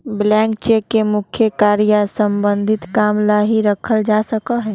blank cheque के मुख्य कार्य या सम्बन्धित काम ला ही रखा जा सका हई